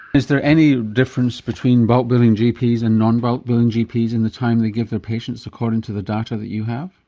is there any difference between bulk billing gps and non-bulk billing gps in the time they give their patients according to the data that you have?